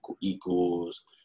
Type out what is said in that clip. equals